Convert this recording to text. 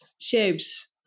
shapes